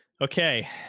Okay